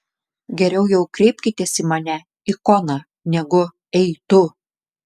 geriau jau kreipkitės į mane ikona negu ei tu